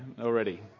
already